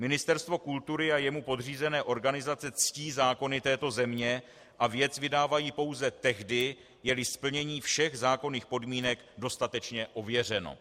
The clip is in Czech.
Ministerstvo kultury a jemu podřízené organizace ctí zákony této země a věc vydávají pouze tehdy, jeli splnění všech zákonných podmínek dostatečně ověřeno.